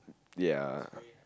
ya